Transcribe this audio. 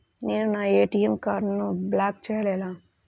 నేను నా ఏ.టీ.ఎం కార్డ్ను బ్లాక్ చేయాలి ఎలా?